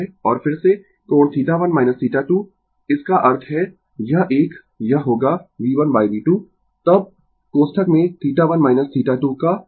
और फिर से कोण θ1 θ2 इसका अर्थ है यह एक यह होगा V1 V2 तब कोष्ठक में θ1 θ2 का cosine j इनटू θ1 θ2 का sin